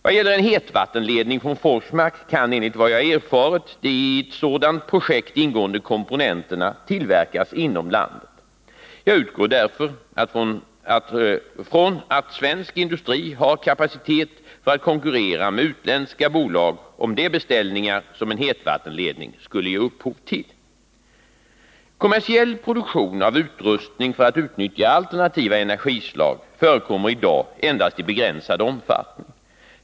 Vad gäller en hetvattenledning från Forsmark kan enligt vad jag erfarit de i ett sådant projekt ingående komponenterna tillverkas inom landet. Jag utgår därför från att svensk industri har kapacitet för att konkurrera med utländska bolag om de beställningar som en hetvattenledning skulle ge upphov till. Kommersiell produktion av utrustning för att utnyttja alternativa energislag förekommer i dag endast i begränsad omfattning.